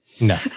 no